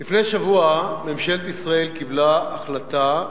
לפני שבוע ממשלת ישראל קיבלה החלטה,